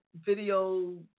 video